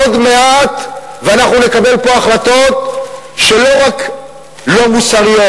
עוד מעט אנחנו נקבל פה החלטות שהן לא רק לא מוסריות,